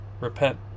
repent